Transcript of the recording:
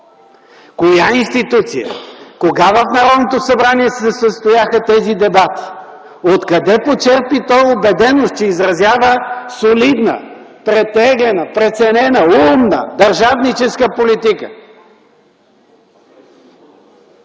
Коя институция?! Кога в Народното събрание се състояха тези дебати?! Откъде почерпи той убеденост, че изразява солидна, претеглена, преценена, умна, държавническа политика?